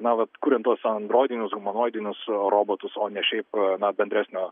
na vat kuriant tuos androidinius humanoidinius robotus o ne šiaip na bendresnio